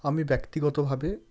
আমি ব্যক্তিগতভাবে